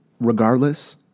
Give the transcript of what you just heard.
Regardless